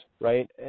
right